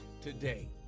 today